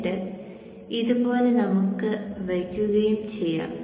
എന്നിട്ടു ഇതുപോലെ നമുക്ക് വക്കുകയും ചെയ്യാം